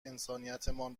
انسانیتمان